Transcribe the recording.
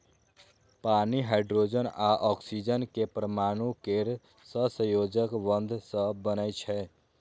पानि हाइड्रोजन आ ऑक्सीजन के परमाणु केर सहसंयोजक बंध सं बनै छै